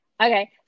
okay